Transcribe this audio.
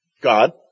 God